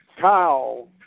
Kyle